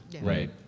Right